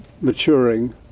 maturing